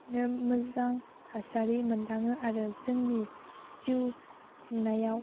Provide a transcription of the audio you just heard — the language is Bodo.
मोजां थासारि मोनदाङो आरो जोंनि जिउ खुंनायाव